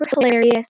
hilarious